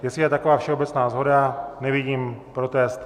Jestli je taková všeobecná shoda, nevidím protest.